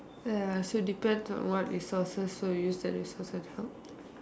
ya so it depends on what resources were used that resource would help